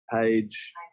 Page